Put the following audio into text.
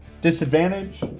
Disadvantage